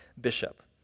bishop